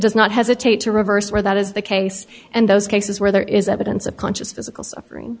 does not hesitate to reverse where that is the case and those cases where there is evidence of conscious physical suffering